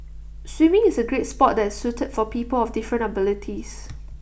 swimming is A great Sport that is suited for people of different abilities